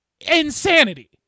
insanity